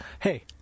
Hey